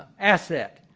asset,